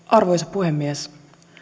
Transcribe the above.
arvoisa puhemies